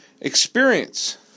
experience